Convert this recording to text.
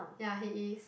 ya he is